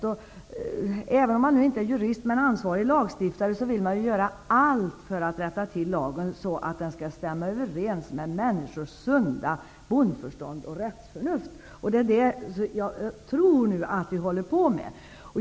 Även om man inte är jurist men ansvarig lagstiftare, vill man ju göra allt för att lagen skall stämma överens med människors sunda bondförstånd och rättsförnuft. Och det är det som vi håller på med.